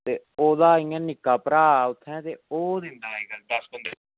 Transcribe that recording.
ते ओह्दा इ'यां निक्का भ्राऽ उत्थें ते ओह् दिखदा अज्जकल